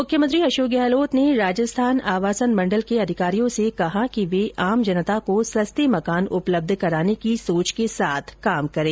मुख्यमंत्री अशोक गहलोत ने राजस्थान आवासन मण्डल के अधिकारियों से कहा कि वे आम जनता को सस्ते मकान उपलब्ध कराने की सोच के साथ काम करें